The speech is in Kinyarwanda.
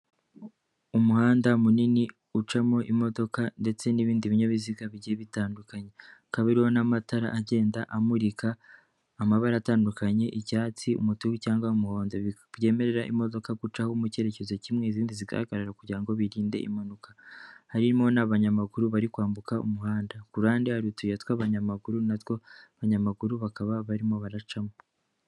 Umuhanda munini ucamo imodoka ndetse n'ibindi binyabiziga bigiye bitandukanye hakaba hariho n'amatara agenda amurika amabara atandukanye; icyatsi, umutuku cyangwa umuhondo byemerera imodoka gucamo mu cyerekezo kimwe, izindi zigahagarara kugirango birinde impanuka harimo n'abanyamaguru bari kwambuka umuhanda ku ruhande hari utuyira tw'abanyamaguru natwo abanyamaguru bakaba barimo baracamo.